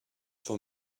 for